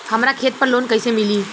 हमरा खेत पर लोन कैसे मिली?